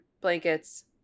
blankets